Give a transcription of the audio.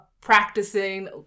practicing